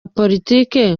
politiki